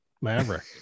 maverick